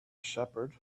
shepherd